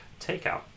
takeout